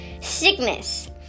sickness